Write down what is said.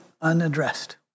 unaddressed